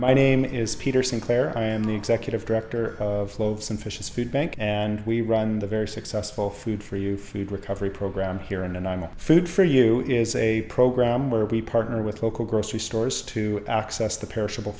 my name is peter sinclair i am the executive director of loaves and fishes food bank and we run the very successful food for you feed recovery program here and i'm a food for you is a program where we partner with local grocery stores to access the perishable